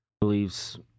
believes